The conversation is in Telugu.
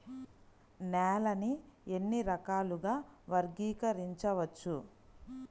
నేలని ఎన్ని రకాలుగా వర్గీకరించవచ్చు?